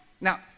Now